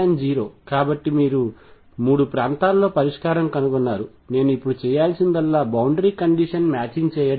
కాబట్టి మీరు మూడు ప్రాంతాలలో పరిష్కారం కనుగొన్నారు నేను ఇప్పుడు చేయాల్సిందల్లా బౌండరీ కండిషన్ మ్యాచింగ్ చేయడమే